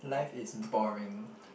life is boring